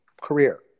career